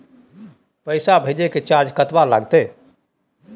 पैसा भेजय के चार्ज कतबा लागते?